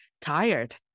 tired